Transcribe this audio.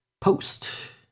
post